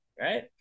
right